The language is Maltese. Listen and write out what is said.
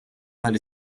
mal